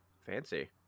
fancy